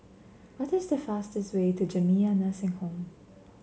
what is the fastest way to Jamiyah Nursing Home